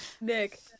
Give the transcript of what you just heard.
Nick